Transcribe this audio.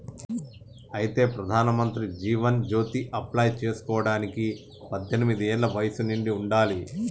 అయితే ప్రధానమంత్రి జీవన్ జ్యోతి అప్లై చేసుకోవడానికి పద్దెనిమిది ఏళ్ల వయసు నిండి ఉండాలి